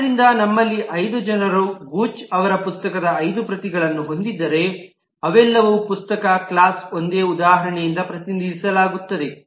ಆದ್ದರಿಂದ ನಮ್ಮಲ್ಲಿ 5 ಜನರು ಗೂಚ್ ಅವರ ಪುಸ್ತಕದ 5 ಪ್ರತಿಗಳನ್ನು ಹೊಂದಿದ್ದರೆ ಅವೆಲ್ಲವನ್ನೂ ಪುಸ್ತಕ ಕ್ಲಾಸ್ ಒಂದೇ ಉದಾಹರಣೆಯಿಂದ ಪ್ರತಿನಿಧಿಸಲಾಗುತ್ತದೆ